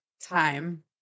time